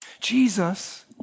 Jesus